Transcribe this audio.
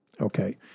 Okay